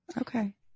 Okay